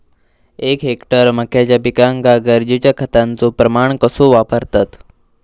एक हेक्टर मक्याच्या पिकांका गरजेच्या खतांचो प्रमाण कसो वापरतत?